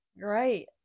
great